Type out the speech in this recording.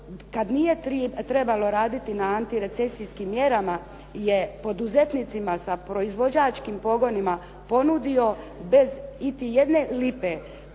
kad nije trebalo raditi na antirecesijskim mjerama je poduzetnicima sa proizvođačkim pogonima ponudio bez iti jedne lipe